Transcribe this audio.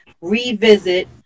revisit